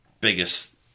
biggest